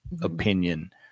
opinion